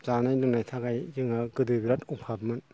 जानाय लोंनायनि थाखाय जोंहा गोदो बेराद अभाबमोन